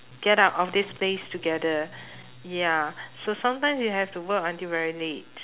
get out of this place together ya so sometimes you have to work until very late